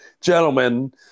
gentlemen